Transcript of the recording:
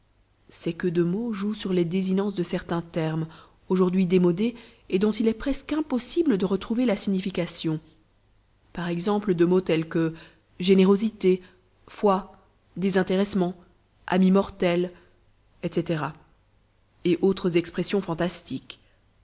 ces queues de mots jouent sur les désinences de certains termes aujourd'hui démodés et dont il est presque impossible de retrouver la signification par exemple de mots tels que générosité foi désintéressement âme immortelle etc et autres expressions fantastiques